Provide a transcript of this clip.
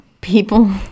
people